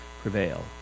prevail